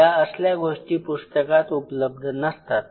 या असल्या गोष्टी पुस्तकात उपलब्ध नसतात